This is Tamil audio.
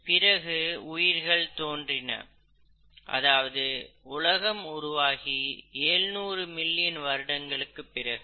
பிறகு உயிர்கள் தோன்றின அதாவது உலகம் உருவாகி 700 மில்லியன் வருடங்களுக்குப் பிறகு